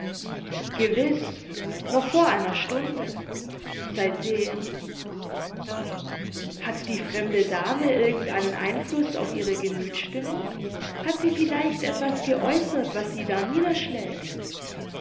gewiß noch vor einer stunde seitdem hat die fremde dame irgend einen einfluß auf ihre gemüthsstimmung hat sie vielleicht etwas geäußert was sie